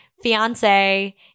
fiance